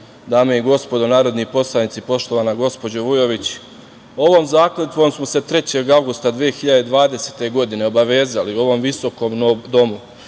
dame i gospodo narodni poslanici, poštovana gospođo Vujović, ovom zakletvom smo se 3. avgusta 2020. godine obavezali u ovom Visokom domu